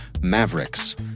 Mavericks